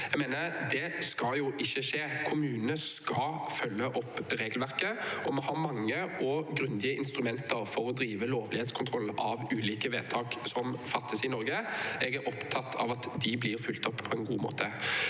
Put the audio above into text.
regelverk. Det skal jo ikke skje. Kommunene skal følge opp regelverket, og vi har mange og grundige instrumenter for å drive lovlighetskontroll av ulike vedtak som fattes i Norge. Jeg er opptatt av at de blir fulgt opp på en god måte.